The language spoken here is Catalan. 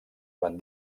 van